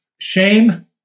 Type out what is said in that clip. shame